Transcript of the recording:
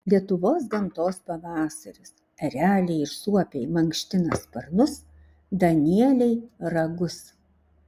lietuvos gamtos pavasaris ereliai ir suopiai mankština sparnus danieliai ragus